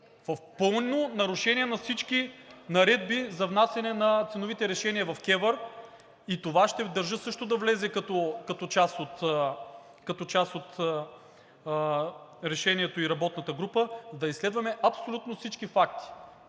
в пълно нарушение на всички наредби за внасяне на ценовите решения в КЕВР и това ще държа също да влезе като част от решението и работната група да изследваме абсолютно всички факти